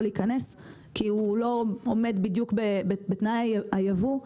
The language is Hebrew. להיכנס כי הוא לא עומד בדיוק בתנאי היבוא,